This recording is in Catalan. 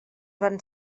van